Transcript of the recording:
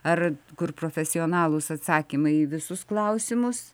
ar kur profesionalūs atsakymai į visus klausimus